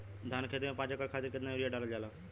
धान क खेती में पांच एकड़ खातिर कितना यूरिया डालल जाला?